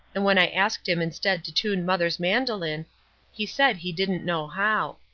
and when i asked him instead to tune mother's mandoline he said he didn't know how.